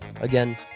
Again